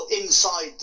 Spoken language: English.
inside